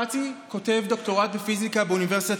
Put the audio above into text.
פָּצִי כותב דוקטורט בפיזיקה באוניברסיטת